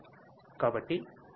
కాబట్టి పరిశ్రమ 4